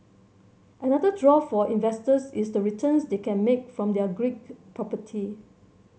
another draw for investors is the returns they can make from their Greek property